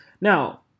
Now